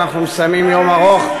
ואנחנו מסיימים יום ארוך.